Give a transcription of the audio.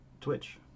Twitch